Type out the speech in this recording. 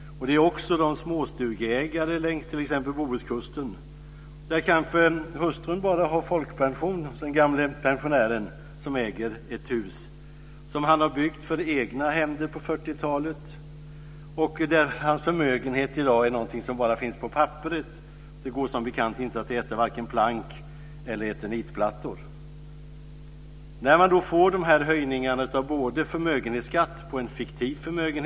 Det är också de småstugeägare längs t.ex. Bohuskusten. Hustrun kanske bara har folkpension. Den gamle pensionären äger ett hus som han har byggt med egna händer på 40-talet. Hans förmögenhet är något som bara finns på papperet. Det går som bekant inte att äta vare sig plank eller eternitplattor. Nu blir det höjningar av både förmögenhetsskatt och fastighetsskatt.